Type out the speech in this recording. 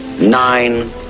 Nine